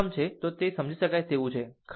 તો તે સમજી શકાય તેવું છે ખરું